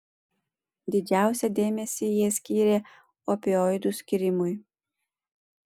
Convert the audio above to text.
didžiausią dėmesį jie skyrė opioidų skyrimui